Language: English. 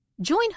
Join